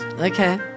Okay